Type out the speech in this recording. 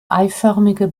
eiförmige